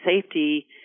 safety